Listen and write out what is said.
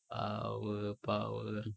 power power